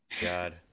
God